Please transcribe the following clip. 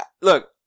Look